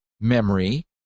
memory